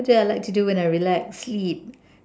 what do I like to do when I relax sleep